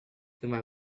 through